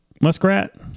muskrat